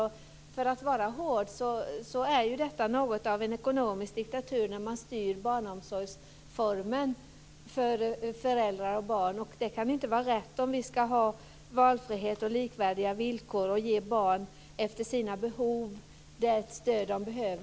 Hårt uttryckt är det något av ekonomisk diktatur när man styr barnomsorgsformen för föräldrar och barn. Detta kan inte vara rätt om vi ska ha valfrihet och likvärdiga villkor och ge barn stöd efter behov.